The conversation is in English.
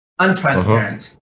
untransparent